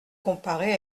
comparer